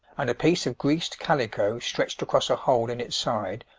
and a piece of greased calico stretched across a hole in its side,